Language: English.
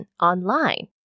online